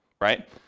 right